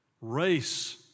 Race